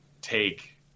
take